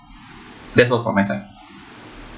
that's all from my side